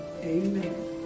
Amen